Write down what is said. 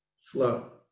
flow